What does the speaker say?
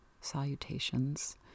salutations